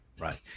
right